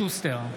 שוסטר,